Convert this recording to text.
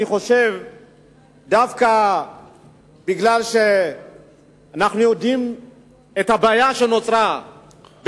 אני חושב שדווקא משום שאנחנו יודעים את הבעיה שנוצרה,